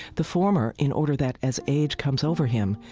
the former in order that, as age comes over him,